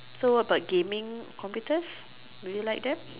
so what about gaming computers do you like them